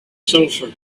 sulfur